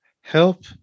help